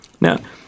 Now